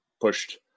pushed